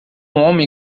homem